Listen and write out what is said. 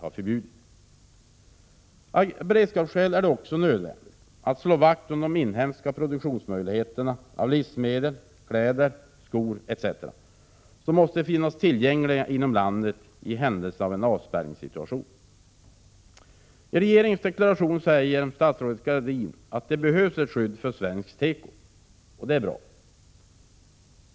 Av beredskapsskäl är det också nödvändigt att slå vakt om de inhemska produktionsmöjligheterna när det gäller livsmedel, kläder, skor etc., varor som måste finnas tillgängliga inom landet i händelse av en avspärrningssituation. I regeringens deklaration säger statsrådet Anita Gradin att det behövs ett skydd för svensk tekoindustri, och det är bra.